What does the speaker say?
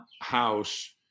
house